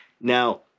now